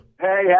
Hey